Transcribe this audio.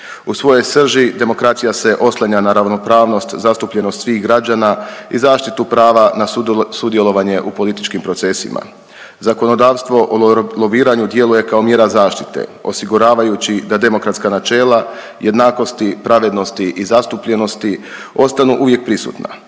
U svojoj srži demokracija se oslanja na ravnopravnost, zastupljenost svih građana i zaštitu prava na sudjelovanje u političkim procesima. Zakonodavstvo o lobiranju djeluje kao mjera zaštite osiguravajući da demokratska načela jednakosti, pravednosti i zastupljenosti ostanu uvijek prisutna.